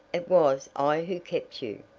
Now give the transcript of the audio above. it was i who kept you.